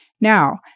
Now